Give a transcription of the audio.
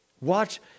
Watch